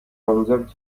آموزان